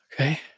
Okay